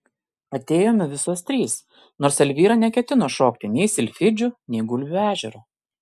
atėjome visos trys nors elvyra neketino šokti nei silfidžių nei gulbių ežero